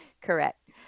Correct